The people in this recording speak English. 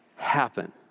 happen